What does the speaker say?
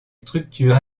structures